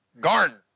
garden